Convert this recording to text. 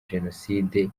jenoside